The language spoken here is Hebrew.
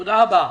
תודה רבה.